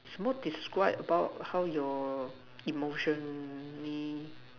so describe how your emotionally